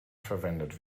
verwendet